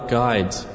guides